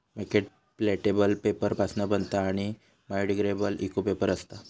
packet प्लॅटेबल paper पासना बनता आणि बायोडिग्रेडेबल इको पेपर असता